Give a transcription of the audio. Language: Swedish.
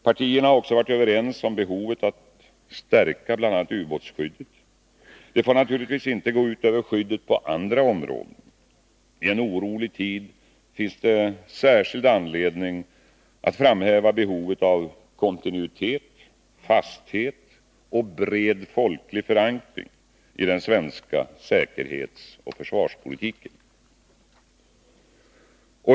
Partierna har också varit överens om behovet av att stärka bl.a. ubåtsskyddet. Det får naturligtvis inte gå ut över skyddet på andra områden. I en orolig tid finns det särskild anledning att framhäva behovet av kontinuitet, fasthet och bred folklig förankring i den svenska säkerhetsoch försvarspolitiken.